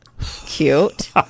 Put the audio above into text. Cute